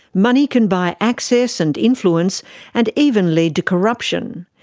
money can buy access and influence and even lead to corruption.